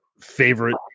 favorite